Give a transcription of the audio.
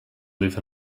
live